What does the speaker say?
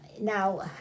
Now